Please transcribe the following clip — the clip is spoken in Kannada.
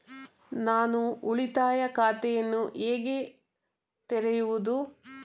ನಾನು ಉಳಿತಾಯ ಖಾತೆಯನ್ನು ಹೇಗೆ ತೆರೆಯುವುದು?